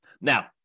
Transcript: Now